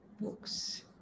Books